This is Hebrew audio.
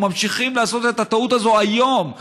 אנחנו ממשיכים לעשות את הטעות הזאת היום,